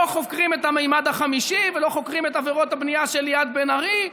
חוקרים את המימד החמישי ולא חוקרים את עבירות הבנייה של ליאת בן ארי.